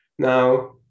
Now